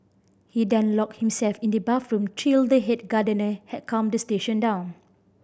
he then locked himself in the bathroom till the head gardener had calmed the situation down